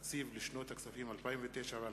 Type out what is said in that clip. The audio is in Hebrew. להצעת התקציב לשנות הכספים 2009 ו-2010.